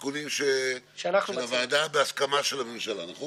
הכנסת סעדי לפניי ואמר ש-20% מכלל הסטודנטים הם סטודנטים מהמגזר הערבי.